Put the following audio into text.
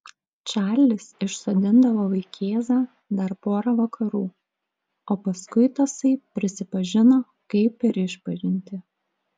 čarlis išsodindavo vaikėzą dar pora vakarų o paskui tasai prisipažino kaip per išpažintį